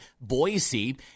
Boise